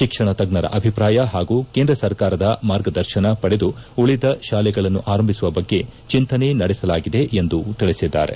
ಶಿಕ್ಷಣ ತಜ್ಞರ ಅಭಿಪ್ರಾಯ ಹಾಗೂ ಕೇಂದ್ರ ಸರ್ಕಾರದ ಮಾರ್ಗದರ್ಶನ ಪಡೆದು ಉಳಿದ ತಾಲೆಗಳನ್ನು ಆರಂಭಿಸುವ ಬಗ್ಗೆ ಚಿಂತನೆ ನಡೆಸಲಾಗಿದೆ ಎಂದು ತಿಳಿಸಿದ್ದಾರೆ